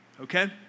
okay